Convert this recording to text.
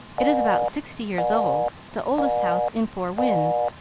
it is about sixty years old the oldest house in four winds.